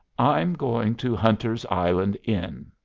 i'm going to hunter's island inn,